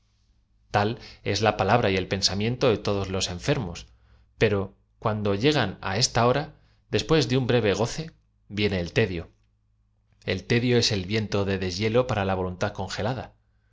tal es la palabra y el pensamiento de todos los enfermos pero cuando llegan á esta hora después de un breve goce vien e e l tedio e l tedio es el viento de deshielo para la voluntad congelada